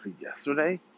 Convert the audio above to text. Yesterday